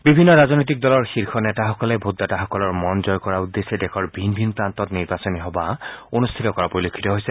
বিভিন্ন ৰাজনৈতিক দলৰ শীৰ্ষ নেতাসকলে ভোটাৰসকলৰ মন জয় কৰাৰ উদ্দেশ্যে দেৰ বিভিন্ন প্ৰান্তত নিৰ্বাচনী সভা অনুষ্ঠিত কৰা পৰিলক্ষিত হৈছে